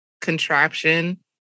contraption